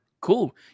Cool